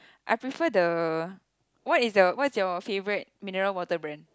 I prefer the what is the what's your favourite mineral water brand